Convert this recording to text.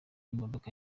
imodoka